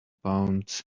pounds